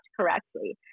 correctly